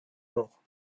mort